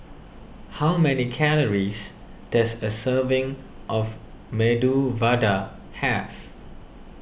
how many calories does a serving of Medu Vada have